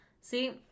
See